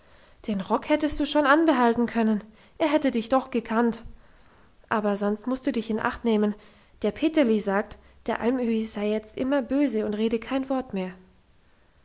den rock hättest du schon anbehalten können er hätte dich doch gekannt aber sonst musst du dich in acht nehmen der peterli sagt der alm öhi sei jetzt immer bös und rede kein wort mehr